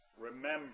Remember